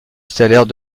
stellaire